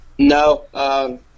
No